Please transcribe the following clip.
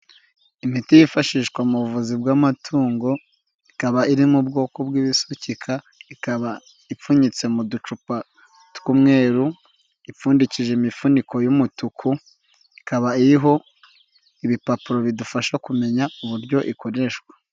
Imiti yifashishwa mu buvuzi bw'amatungo ikaba iri mu bwoko bw'ibisukika ikaba ipfunyitse mu ducupa tw'umweru, ipfundikije imifuniko y'umutuku ikaba iriho ibipapuro bidufasha kumenya uburyo ikoreshwa.